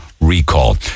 recall